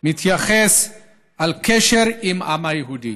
מתייחס לקשר עם העם היהודי.